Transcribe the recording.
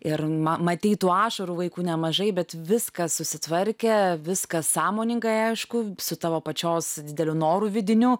ir ma matei tų ašarų vaikų nemažai bet viskas susitvarkė viskas sąmoningai aišku su tavo pačios dideliu noru vidiniu